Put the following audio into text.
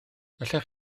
allech